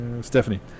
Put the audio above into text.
Stephanie